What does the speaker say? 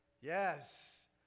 Yes